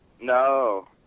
No